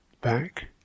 Back